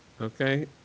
Okay